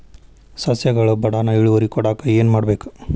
ಸಸ್ಯಗಳು ಬಡಾನ್ ಇಳುವರಿ ಕೊಡಾಕ್ ಏನು ಮಾಡ್ಬೇಕ್?